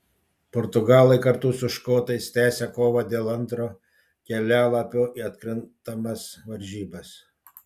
portugalai kartu su škotais tęsią kovą dėl antro kelialapio į atkrintamas varžybas